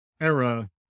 era